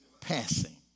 passing